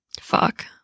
Fuck